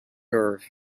nerve